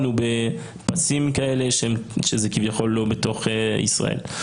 הוא בפסים כאלה שזה כביכול לא בתוך ישראל.